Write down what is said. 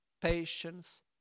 patience